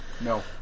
no